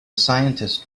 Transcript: scientist